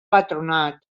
patronat